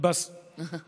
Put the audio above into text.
התשובה היא לא.